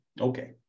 Okay